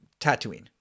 Tatooine